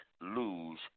lose